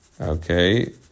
Okay